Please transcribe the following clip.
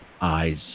eyes